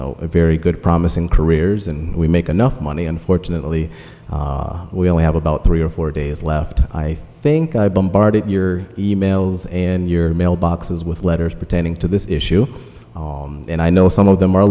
know a very good promising careers and we make enough money unfortunately we only have about three or four days left i think i bombarded your e mails and your mail boxes with letters pertaining to this issue and i know some of them are